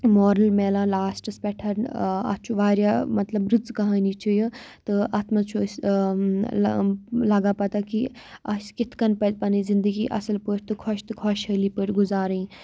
moral میلان لاسٹَس پؠٹھ ٲں اَتھ چھُ واریاہ مَطلَب رٕژ کَہانِی چِھ یہِ تہٕ اَتھ منٛز چُھ أسۍ ٲں ٲم لَگان پتاہ کہِ یہِ اَسہِ کِتھ کٔنۍ پَزِ پَنٕنۍ زِنٛدَگِی اَصٕل پٲٹھۍ تہٕ خۄش تہٕ خُۄشحال پٲٹھۍ گُزارٕنۍ